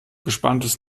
gespanntes